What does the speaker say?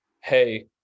hey